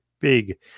big